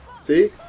see